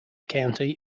county